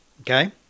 Okay